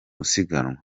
isiganwa